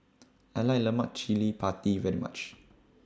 I like Lemak Cili Padi very much